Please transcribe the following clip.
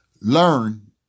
learn